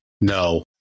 no